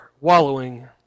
wallowing